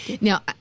Now